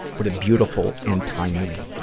what a beautiful and timely, ah,